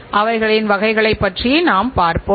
இதை இந்த விளக்கப்படம் தெளிவாக விளக்குகின்றது